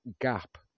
gap